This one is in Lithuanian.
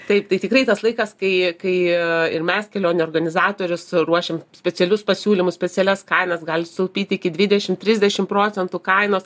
taip tai tikrai tas laikas kai kai ir mes kelionių organizatorius suruošiam specialius pasiūlymus specialias kainas gali sutaupyti iki dvidešim trisdešim procentų kainos